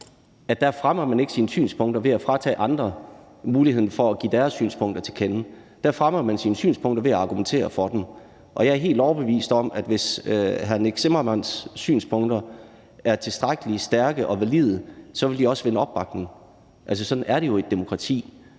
at der fremmer man ikke sine synspunkter ved at fratage andre muligheden for at give deres synspunkter til kende. Der fremmer man sine synspunkter ved at argumentere for dem, og jeg er helt overbevist om, at hvis hr. Nick Zimmermanns synspunkter er tilstrækkelig stærke og valide, vil de også vinde opbakning. Altså, sådan er det jo i et demokrati,